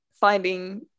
finding